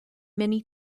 many